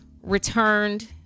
returned